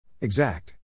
Exact